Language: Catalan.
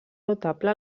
notable